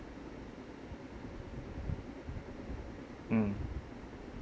mm